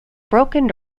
broken